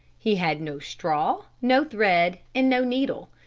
he had no straw, no thread and no needle.